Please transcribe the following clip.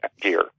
gear